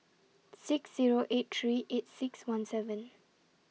six Zero eight three eight six one seven